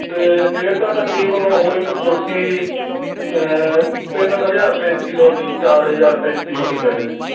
ਅਤੇ ਫਿਰ ਤਾਂ ਤਕਰੀਬਨ ਉਹ ਇੱਕ ਕੁਰਸੀ ਤਿੰਨ ਕੁ ਹਜ਼ਾਰ ਪੈਂਤੀ ਸੌ ਦੀ ਚਾਰ ਹਜ਼ਾਰ ਪੈਂਤੀ ਸੌ ਦੀ ਪੈ ਜਾਣੀ ਜੀ